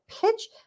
pitch